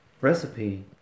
recipe